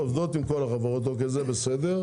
העובדות עם כל החברות זה בסדר.